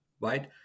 right